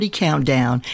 countdown